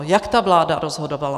Jak ta vláda rozhodovala?